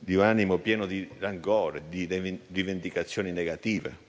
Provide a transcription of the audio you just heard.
d'animo piena di rancore e di rivendicazioni negative.